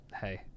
hey